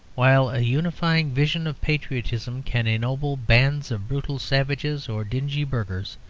while a unifying vision of patriotism can ennoble bands of brutal savages or dingy burghers,